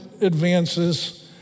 advances